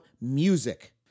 music